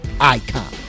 Icon